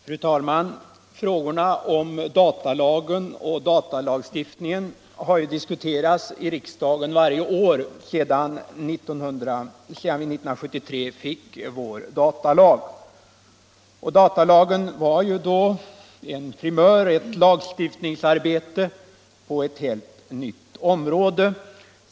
Fru talman! Frågorna om datalagen och datalagstiftningen har ju diskuterats i riksdagen varje år sedan vi 1973 fick vår datalag. Datalagen var då en primör, ett lagstiftningsarbete på ett helt nytt område.